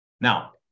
Now